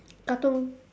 katong